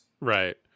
Right